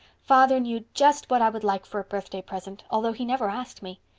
father knew just what i would like for a birthday present, although he never asked me.